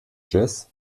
jazz